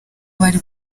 bari